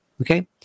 Okay